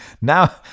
Now